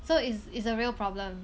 so it's it's a real problem